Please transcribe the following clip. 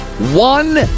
One